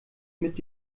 mit